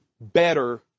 better